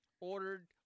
ordered